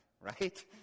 right